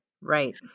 Right